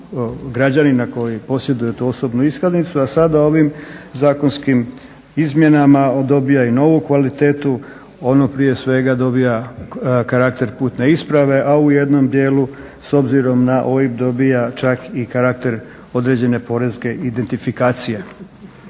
građanina koji posjeduje tu osobnu iskaznicu, a sada ovim zakonskim izmjenama dobiva i novu kvalitetu, ono prije svega dobiva karakter putne isprave, a u jednom dijelu s obzirom na OIB dobiva čak i karakter određene poreske identifikacije.